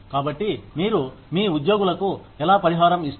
కాబట్టి మీరు మీ ఉద్యోగులకు ఎలా పరిహారం ఇస్తారు